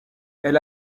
elle